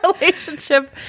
relationship